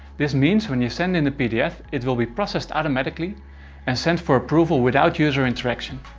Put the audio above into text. this means when you send in the pdf it will be processed automatically and sent for approval without user interaction.